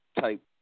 type